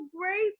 great